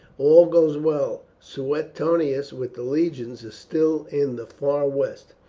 all goes well. suetonius, with the legions, is still in the far west.